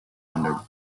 under